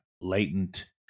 latent